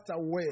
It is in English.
away